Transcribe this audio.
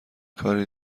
کاری